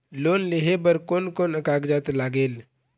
Loan लेहे बर कोन कोन कागजात लागेल?